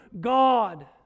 God